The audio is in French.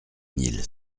mille